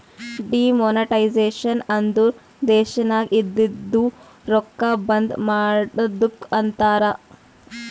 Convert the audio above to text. demonetisation ಅಂದುರ್ ದೇಶನಾಗ್ ಇದ್ದಿದು ರೊಕ್ಕಾ ಬಂದ್ ಮಾಡದ್ದುಕ್ ಅಂತಾರ್